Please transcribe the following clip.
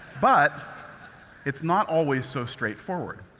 but it's not always so straightforward.